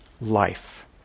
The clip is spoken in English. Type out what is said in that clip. life